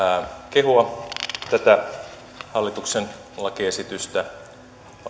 kehua tätä hallituksen lakiesitystä